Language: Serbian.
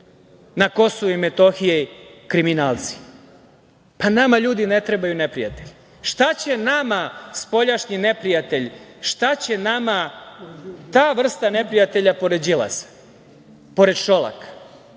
na Kosovu i Metohiji kriminalci. Pa, nama, ljudi, ne trebaju neprijatelji. Šta će nama spoljašnji neprijatelj? Šta će nama ta vrsta neprijatelja pored Đilasa, pored Šolaka,